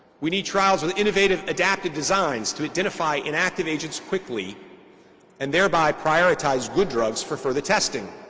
we need trials with innovative, adaptive designs, to identify inactive agents quickly and thereby prioritize good drugs for further testing.